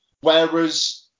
whereas